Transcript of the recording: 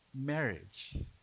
marriage